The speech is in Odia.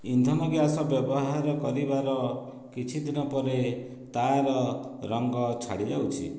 ଇନ୍ଧନ ଗ୍ୟାସ୍ ବ୍ୟବହାର କରିବାର କିଛି ଦିନ ପରେ ତା'ର ରଙ୍ଗ ଛାଡ଼ିଯାଉଛି